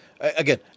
again